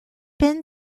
been